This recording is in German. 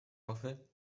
hoffe